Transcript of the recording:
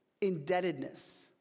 indebtedness